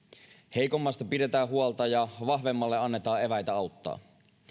heikommasta pidetään huolta ja vahvemmalle annetaan eväitä auttaa